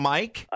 Mike